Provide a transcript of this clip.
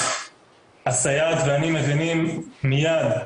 הסייעת ואני מבינים מייד,